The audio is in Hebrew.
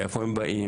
מאיפה הם באים?